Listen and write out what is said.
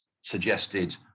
suggested